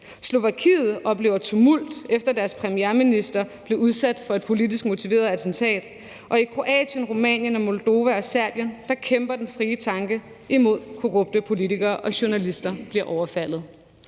Slovakiet oplever tumult, efter at deres premierminister blev udsat for et politisk motiveret attentat. I Kroatien, Rumænien, Moldova og Serbien kæmper den frie tanke imod korrupte politikere, og journalister